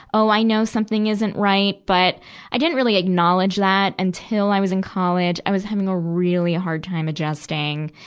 oh, i know something isn't right, but i didn't really acknowledge that until i was in college. i was having a really hard time adjusting.